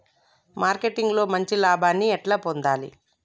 Marketing లో మంచి లాభాల్ని ఎట్లా పొందాలి?